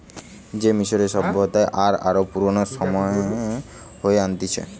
সে মিশরীয় সভ্যতা আর আরো পুরানো সময়ে হয়ে আনতিছে